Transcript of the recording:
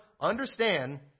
understand